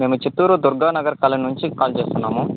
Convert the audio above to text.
మేము చిత్తూరు దుర్గానగర్ కాలనీ నుంచి కాల్ చేస్తున్నాము